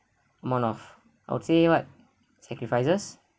amount of I would say what sacrifices